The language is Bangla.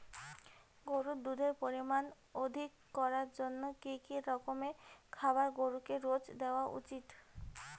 গরুর দুধের পরিমান অধিক করার জন্য কি কি রকমের খাবার গরুকে রোজ দেওয়া উচিৎ?